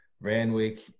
Randwick